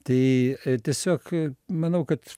tai tiesiog manau kad